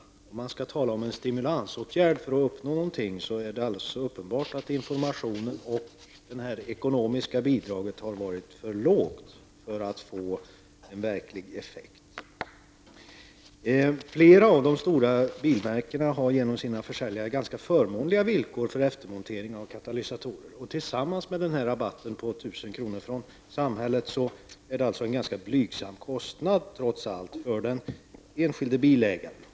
Om man skall tala om en stimulansåtgärd för att uppnå någonting, är det alldeles uppenbart att informationen har varit för dålig och det ekonomiska bidraget för lågt för att man skall få någon verklig effekt. Flera av de stora bilmärkena har genom sina försäljare ganska förmånliga villkor för eftermontering av katalysatorer. Tillsammans med rabatten på 1 000 kr. från samhället blir det trots allt en ganska blygsam kostnad för den enskilde bilägaren.